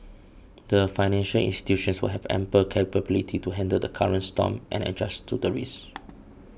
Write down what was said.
the financial institutions will have ample capability to handle the current storm and adjust to the risks